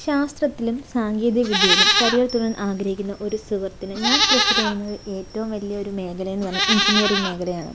ശാസ്ത്രത്തിലും സാങ്കേതികവിദ്യയിലും കരിയർ തുടരാൻ ആഗ്രഹിക്കുന്ന ഒരു സുഹൃത്തിന് ഞാൻ പ്രിഫർ ചെയ്യുന്നത് ഏറ്റവും വലിയൊരു മേഖല എന്ന് പറയുന്ന എൻജിനീയറിങ് മേഖലയാണ്